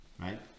right